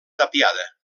tapiada